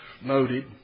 noted